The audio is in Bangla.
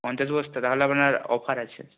পঞ্চাশ বস্তা তাহলে আপনার অফার আছে